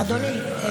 אדוני,